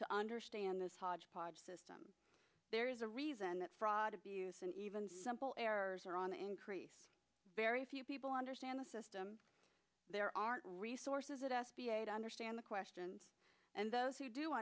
to understand this hodgepodge system there is a reason that fraud abuse and even simple errors are on the increase very few people understand the system there aren't resources that s b a to understand the questions and those who do